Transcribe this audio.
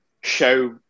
show